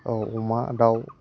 अमा दाउ